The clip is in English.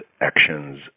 actions